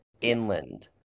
inland